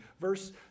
Verse